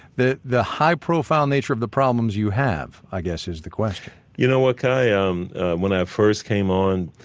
the the high-profile nature of the problems you have, i guess is the question you know what, kai? ah um when i first came on,